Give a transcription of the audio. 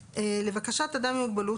(י1)לבקשת אדם עם מוגבלות,